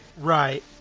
Right